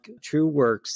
TrueWorks